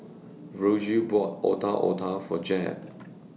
Virgil bought Otak Otak For Jeb